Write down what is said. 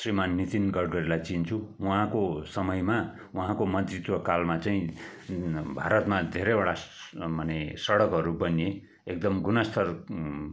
श्रीमान नितिन गटकडीलाई चिन्छु उहाँको समयमा उहाँको मन्त्रीत्व कालमा चाहिँ भारतमा धेरैवटा माने सडकहरू बनिए एकदम गुणस्तर